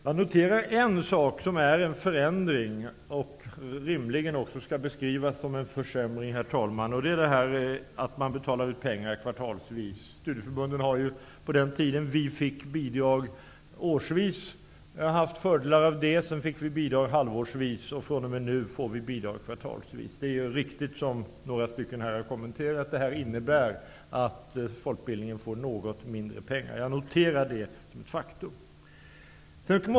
Jag noterar en sak som är en förändring och som rimligen också skall beskrivas som en försämring, herr talman. Det gäller att man betalar ut pengar kvartalsvis. Studieförbunden har på den tiden som man fick bidrag årsvis haft fördelar av det. Sedan fick man bidrag halvårsvis. fr.o.m. nu får man bidrag kvartalsvis. Det är riktigt, som några talare har kommenterat, att detta innebär att folkbildningen får något mindre pengar. Jag noterar detta faktum.